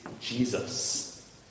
jesus